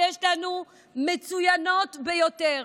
ויש לנו מצוינות ביותר.